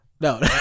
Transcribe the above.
no